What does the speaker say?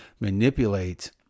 manipulate